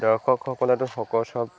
দৰ্শকসকলেতো সকলো সব